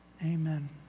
Amen